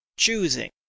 CHOOSING